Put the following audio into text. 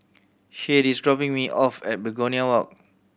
Shade is dropping me off at Begonia Walk